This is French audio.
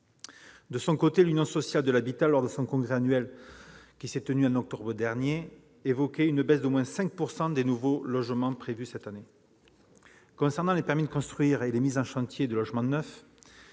De son côté, l'Union sociale pour l'habitat, lors de son congrès annuel qui s'est tenu en octobre dernier, évoquait une baisse d'au moins 5 % des nouveaux logements prévus cette année. Pour ce qui concerne les permis de construire et les mises en chantier de logements neufs,